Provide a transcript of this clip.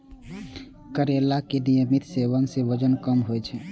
करैलाक नियमित सेवन सं वजन कम होइ छै